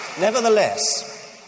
Nevertheless